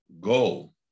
goal